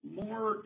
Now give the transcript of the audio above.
more –